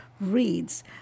reads